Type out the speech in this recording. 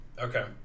Okay